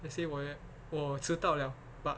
let's say 我我迟到 liao but